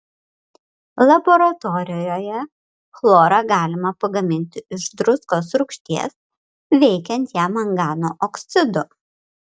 laboratorijoje chlorą galima pagaminti iš druskos rūgšties veikiant ją mangano oksidu